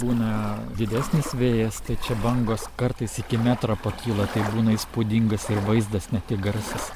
būna didesnis vėjas tai čia bangos kartais iki metro pakyla tai būna įspūdingas ir vaizdas ne tik garsas